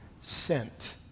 sent